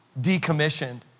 decommissioned